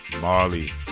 Marley